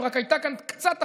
אם רק הייתה כאן קצת אחריות,